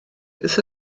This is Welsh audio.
beth